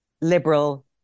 liberal